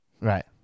Right